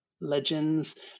legends